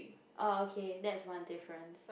orh okay that's one difference